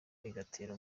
igatera